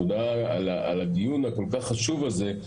תודה על הדיון הכל כך חשוב הזה,